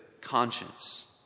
conscience